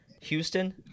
Houston